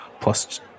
Plus